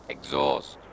Exhaust